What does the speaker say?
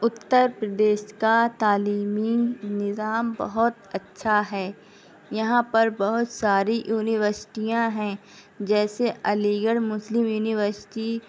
اتر پردیش کا تعلیمی نظام بہت اچھا ہے یہاں پر بہت ساری یونیورسٹیاں ہیں جیسے علی گڑھ مسلم یونیورسٹی